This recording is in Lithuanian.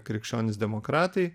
krikščionys demokratai